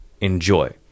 enjoy